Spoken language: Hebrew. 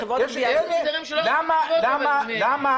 למה